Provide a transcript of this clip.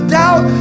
doubt